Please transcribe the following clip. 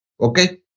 Okay